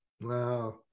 Wow